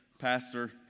pastor